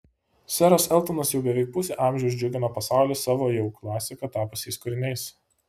seras eltonas jau beveik pusę amžiaus džiugina pasaulį savo jau klasika tapusiais kūriniais